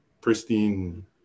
pristine